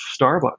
Starbucks